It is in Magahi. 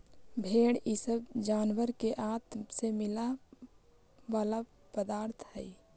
भेंड़ इ सब जानवर के आँत से मिला वाला पदार्थ हई